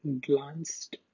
glanced